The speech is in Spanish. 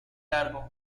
largo